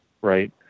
right